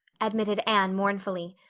admitted anne mournfully.